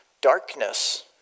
darkness